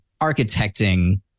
architecting